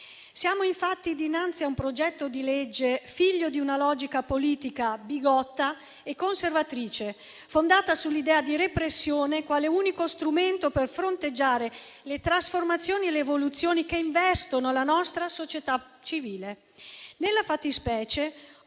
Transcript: Siamo infatti dinanzi a un progetto di legge figlio di una logica politica bigotta e conservatrice, fondata sull'idea di repressione quale unico strumento per fronteggiare le trasformazioni e le evoluzioni che investono la nostra società civile. Nella fattispecie,